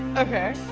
okay.